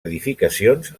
edificacions